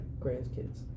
grandkids